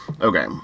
Okay